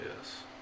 Yes